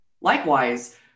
Likewise